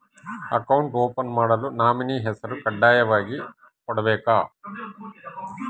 Account open ಮಾಡಲು nominee ಹೆಸರು ಕಡ್ಡಾಯವಾಗಿ ಕೊಡಬೇಕಾ?